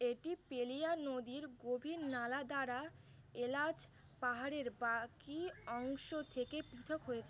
এটি পেলিয়া নদীর গভীর নালা দ্বারা এলাচ পাহাড়ের বাকি অংশ থেকে পৃথক হয়েছে